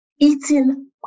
Eating